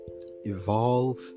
Evolve